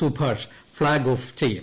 Subhash flag off ചെയ്യും